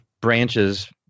branches